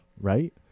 right